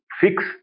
fix